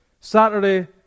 Saturday